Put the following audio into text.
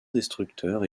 destructeurs